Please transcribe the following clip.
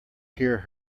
hear